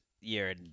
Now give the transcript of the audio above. year